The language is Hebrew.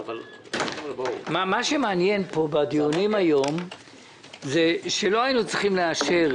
מה שמעניין בדיונים היום הוא שלא היינו צריכים לאשר